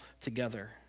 together